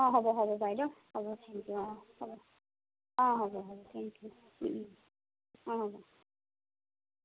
অঁ হ'ব হ'ব বাইদেউ হ'ব থেংক ইউ অঁ হ'ব অঁ হ'ব হ'ব থেংক ইউ অঁ হ'ব